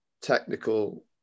technical